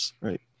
right